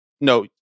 No